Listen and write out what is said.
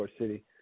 City